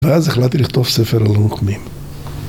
ואז החלטתי לכתוב ספר על הנוקמים.